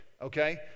okay